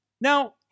now